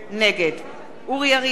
נגד אורי אריאל,